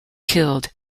killed